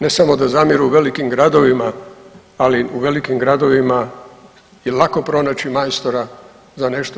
Ne samo da zamiru u velikim gradovima, ali u velikim gradovima je lako pronaći majstora za nešto.